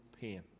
pain